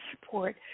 support